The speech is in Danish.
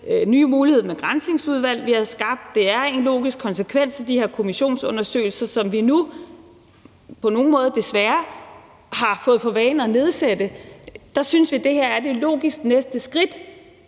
nye mulighed med Granskningsudvalget, vi har skabt. Det er en logisk konsekvens af de her kommissionsundersøgelser, som vi nu på nogle måder desværre har fået for vane at nedsætte. Der synes vi, at det her er det logiske næste skridt,